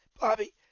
Bobby